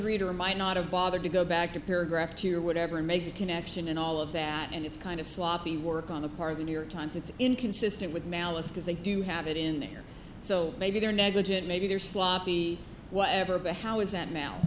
reader might not have bothered to go back to paragraph to or whatever make the connection and all of that and it's kind of sloppy work on the part of the new york times it's inconsistent with malice because they do have it in there so maybe they're negligent maybe they're sloppy whatever but how is that